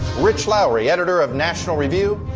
rich lowry, editor of national review,